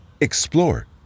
explore